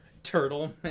Turtle